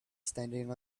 standing